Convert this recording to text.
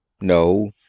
No